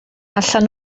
allan